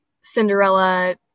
Cinderella